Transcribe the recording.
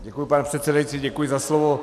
Děkuju, pane předsedající, děkuju za slovo.